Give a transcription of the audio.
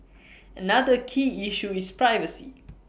another key issue is privacy